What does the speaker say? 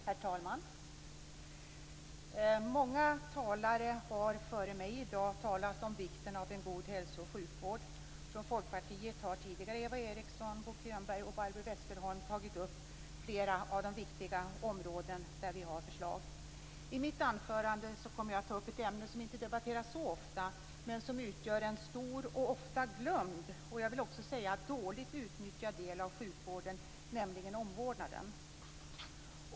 Herr talman! Många talare före mig i dag har talat om vikten av en god hälso och sjukvård. Från Folkpartiet har tidigare Eva Eriksson, Bo Könberg och Barbro Westerholm tagit upp flera viktiga områden där vi har förslag. I mitt anförande kommer jag att ta upp ett ämne som inte debatteras så ofta, men som utgör en stor ofta glömd och också dåligt utnyttjad del av sjukvården, nämligen omvårdnaden.